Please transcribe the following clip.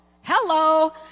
Hello